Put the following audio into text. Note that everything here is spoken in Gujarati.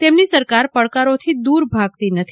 તેમની સરકાર પડકારોથી દૂર ભાગતી નથી